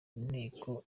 inteko